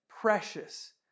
precious